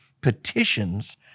petitions